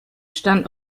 stand